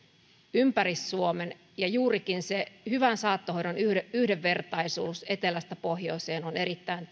ympäri suomen ja juurikin se hyvän saattohoidon yhdenvertaisuus etelästä pohjoiseen on erittäin